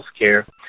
healthcare